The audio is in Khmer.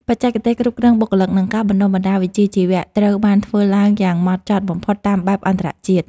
បច្ចេកទេសគ្រប់គ្រងបុគ្គលិក និងការបណ្តុះបណ្តាលវិជ្ជាជីវៈត្រូវបានធ្វើឡើងយ៉ាងម៉ត់ចត់បំផុតតាមបែបអន្តរជាតិ។